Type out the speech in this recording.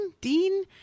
Dean